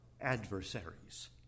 adversaries